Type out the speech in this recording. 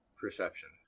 Perception